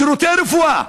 שירותי רפואה,